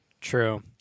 True